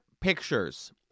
pictures